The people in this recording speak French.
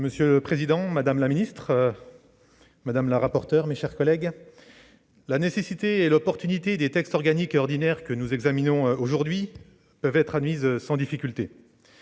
Monsieur le président, madame la secrétaire d'État, mes chers collègues, la nécessité et l'opportunité des textes organique et ordinaire que nous examinons aujourd'hui peuvent être admises sans difficulté.